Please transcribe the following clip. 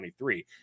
2023